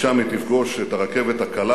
ושם היא תפגוש את הרכבת הקלה.